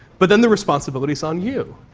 but then the responsibility is on you.